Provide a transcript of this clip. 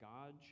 God